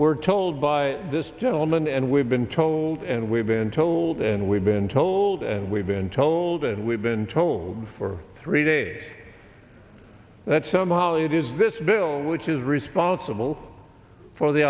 we're told by this gentleman and we've been told and we've been told and we've been told and we've been told and we've been told for three days that somehow it is this bill which is responsible for the